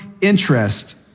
interest